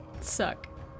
suck